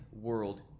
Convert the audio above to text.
world